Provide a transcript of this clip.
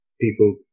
people